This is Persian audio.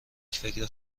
فکر